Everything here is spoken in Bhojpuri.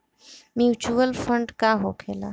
म्यूचुअल फंड का होखेला?